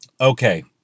Okay